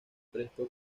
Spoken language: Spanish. presto